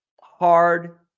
Hard